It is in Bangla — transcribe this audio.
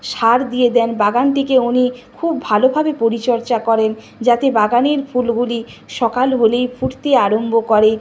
সার দিয়ে দেন বাগানটিকে উনি খুব ভালোভাবে পরিচর্যা করেন যাতে বাগানের ফুলগুলি সকাল হলেই ফুটতে আরম্ভ করে